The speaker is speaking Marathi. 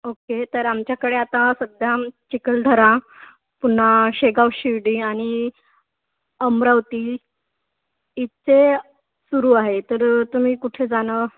ओके तर आमच्याकडे आता सध्या चिखलदरा पुन्हा शेगाव शिर्डी आणि अमरावती इथचे सुरू आहे तर तुम्ही कुठे जाणं